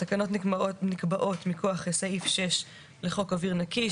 התקנות נקבעות מכוח סעיף 6 לחוק אוויר נקי,